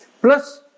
plus